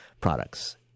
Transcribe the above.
products